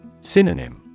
Synonym